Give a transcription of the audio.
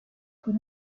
con